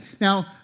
now